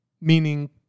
meaning